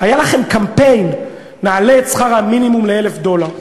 היה לכם קמפיין: נעלה את שכר המינימום ל-1,000 דולר.